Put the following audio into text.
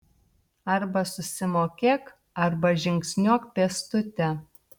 arba susimokėk arba žingsniuok pėstute